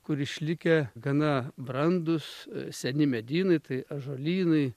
kur išlikę gana brandūs seni medynai tai ąžuolynai